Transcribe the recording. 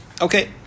Okay